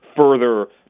further